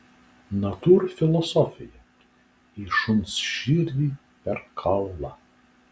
natūrfilosofija į šuns širdį per kaulą